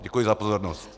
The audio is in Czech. Děkuji za pozornost.